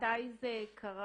מתי זה קרה,